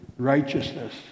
Righteousness